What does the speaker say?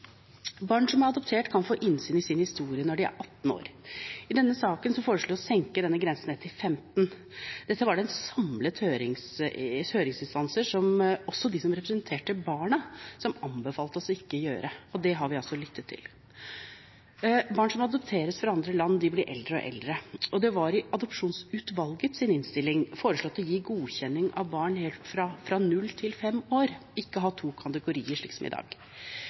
Barn som er adoptert, kan få innsyn i sin historie når de er 18 år. I denne saken foreslås det å senke denne grensen til 15 år. Dette var det et samlet høringsmøte, også de som representerte barna, som anbefalte oss ikke å gjøre, og det har vi altså lyttet til. Barn som adopteres fra andre land, blir eldre og eldre, og det var i Adopsjonsutvalgets innstilling foreslått å gi godkjenning av barn helt fra 0 til 5 år, ikke ha to kategorier som i dag.